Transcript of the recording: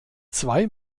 zwei